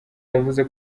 yavuze